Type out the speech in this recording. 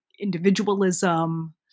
individualism